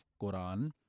Qur'an